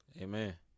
Amen